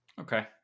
okay